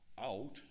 out